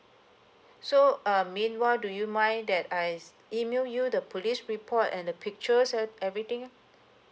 so um meanwhile do you mind that I s~ email you the police report and the pictures e~ everything ah